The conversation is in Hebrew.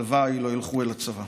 הלוואי לא ילכו אל הצבא".